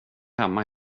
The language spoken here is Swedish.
hemma